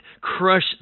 Crush